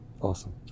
Awesome